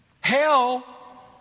hell